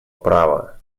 права